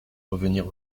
revenir